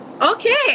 Okay